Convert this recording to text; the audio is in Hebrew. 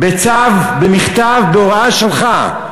בצו, במכתב, בהוראה שלך.